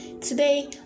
Today